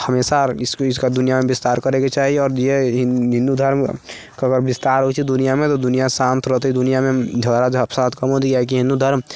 हमेशा इसका दुनिआँमे विस्तार करयके चाही आओर ये हिन्दू धर्मके विस्तार होइ छै तऽ दुनिआँमे तऽ दुनिआँ शान्त रहतै दुनिआँमे झगड़ा फसाद कम हौते कियाकि हिन्दू धर्म